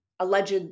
alleged